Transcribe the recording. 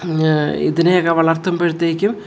ഇതിനെയൊക്കെ വളർത്തുമ്പോഴത്തേക്കും